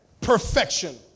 Perfection